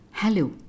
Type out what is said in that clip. Hello